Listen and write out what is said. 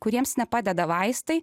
kuriems nepadeda vaistai